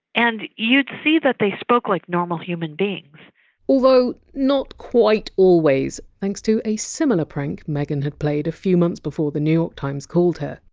and you'd see that they spoke like normal human beings although, not quite always, thanks to a similar prank megan had played a few months before the new york times called her.